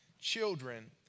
children